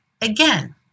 Again